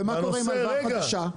ומה קורה עם הלוואה חדשה?